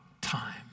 time